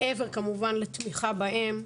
מעבר כמובן לתמיכה בהן,